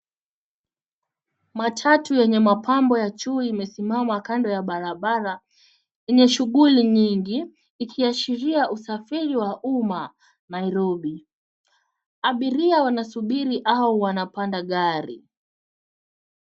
Matatu yenye mapambo ya chui imesimama kando ya barabara yenye shughuli nyingi ikiashiria usafiri wa umma Nairobi. Abiria wanasubiri au wanapanda gari.